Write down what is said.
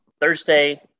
Thursday